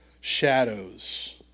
shadows